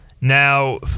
Now